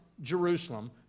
Jerusalem